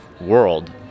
world